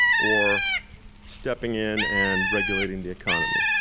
or stepping in and regulating the economy.